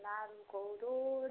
लारुखौथ'